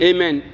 Amen